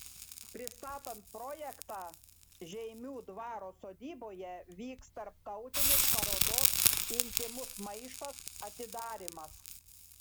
pristatant projektą žeimių dvaro sodyboje vyks tarptautinės parodos intymus maištas atidarymas